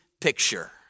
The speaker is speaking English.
picture